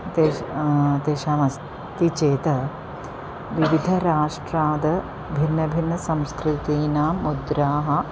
तेष् तेषामस्ति चेत् विविध राष्ट्रात् भिन्नभिन्नसंस्कृतीनां मुद्राः